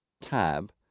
Tab